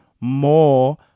more